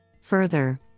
Further